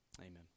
Amen